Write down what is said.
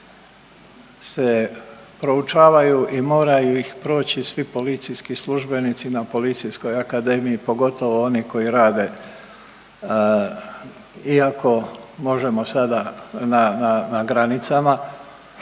se proučavaju i mora ih proći svi policijski službenici na Policijskoj akademiji, pogotovo oni koji rade iako možemo sada na, na granicama,